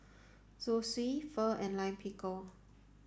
Zosui Pho and Lime Pickle